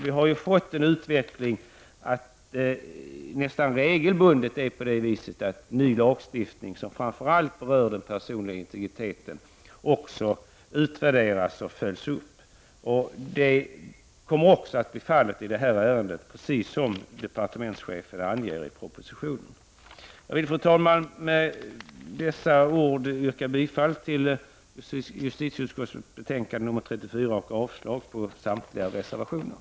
Vi har haft en sådan utveckling att nästan regelbundet en ny lagstiftning som framför allt berör den personliga integriteten utvärderas och följs upp. Det kommer att bli fallet även i det här ärendet, precis som departementschefen angett i propositionen. Med detta, fru talman, yrkar jag bifall till justitieutskottets hemställan i betänkande 34 och avslag på samtliga reservationer.